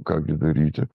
ką gi daryti